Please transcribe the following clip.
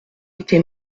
été